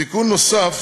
תיקון נוסף